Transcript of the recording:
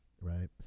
right